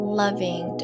loving